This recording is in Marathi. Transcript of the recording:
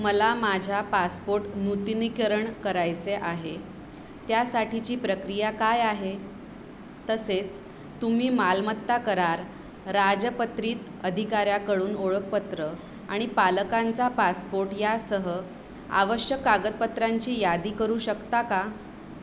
मला माझा पासपोर्ट नूतनीकरण करायचे आहे त्यासाठीची प्रक्रिया काय आहे तसेच तुम्ही मालमत्ता करार राजपत्रित अधिकाऱ्याकडून ओळखपत्र आणि पालकांचा पासपोर्ट यासह आवश्यक कागदपत्रांची यादी करू शकता का